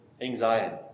anxiety